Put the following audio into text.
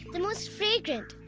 the most fragrant